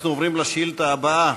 אנחנו עוברים לשאילתה הבאה.